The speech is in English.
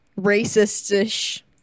Racist-ish